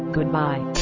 Goodbye